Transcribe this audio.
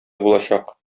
булачак